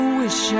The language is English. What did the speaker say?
wish